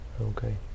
Okay